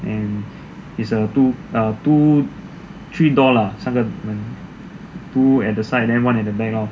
and is a two err two three door ah 三个门 two at the side then one at the back lor